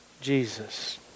Jesus